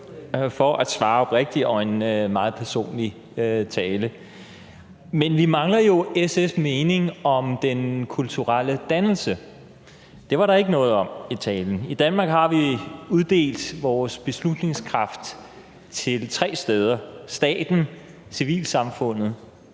for at svare oprigtigt. Men vi mangler jo SF's mening om den kulturelle dannelse. Det var der ikke noget om i talen. I Danmark har vi uddelt vores beslutningskraft til tre steder: Staten, civilsamfundet